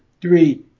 three